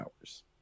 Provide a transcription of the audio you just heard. hours